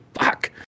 fuck